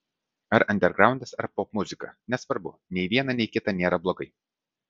ar andergraundas ar popmuzika nesvarbu nei viena nei kita nėra blogai